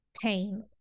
pain